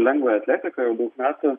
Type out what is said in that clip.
lengvąją atletikąjau daug metų